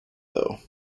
though